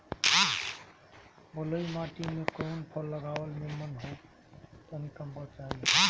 बलुई माटी में कउन फल लगावल निमन होई तनि बताई?